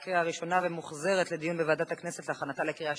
לוועדת הכנסת נתקבלה.